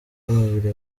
bw’umubiri